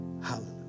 Hallelujah